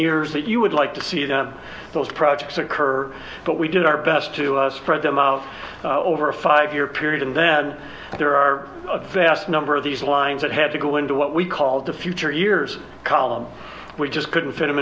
yours that you would like to see that those projects occur but we did our best to spread them out over a five year period and then there are a vast number of these lines that had to go into what we called the future years column we just couldn't